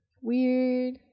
weird